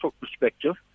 perspective